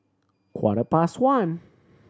quarter past one